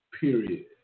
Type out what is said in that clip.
period